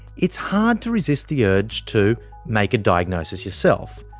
it's hard to resist the urge to make a diagnosis yourself,